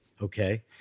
Okay